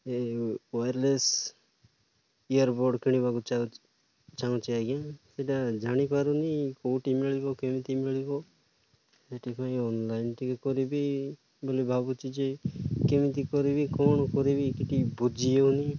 ଏ wireless ear bud କିଣିବାକୁ ଚାହୁଁଛି ଆଜ୍ଞା ସେଇଟା ଜାଣିପାରୁନି କେଉଁଠି ମିଳିବ କେମିତି ମିଳିବ ସେଥିପାଇଁ ଅନଲାଇନ୍ ଟିକେ କରିବି ବୋଲି ଭାବୁଛି ଯେ କେମିତି କରିବି କ'ଣ କରିବି କି ବୁଝି ହେଉନି